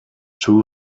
two